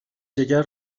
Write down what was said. جگر